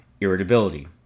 irritability